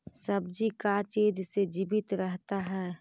सब्जी का चीज से जीवित रहता है?